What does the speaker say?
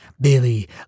Billy